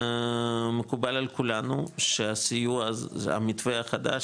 מקובל על כולנו שהמתווה החדש,